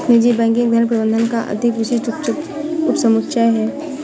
निजी बैंकिंग धन प्रबंधन का अधिक विशिष्ट उपसमुच्चय है